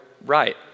right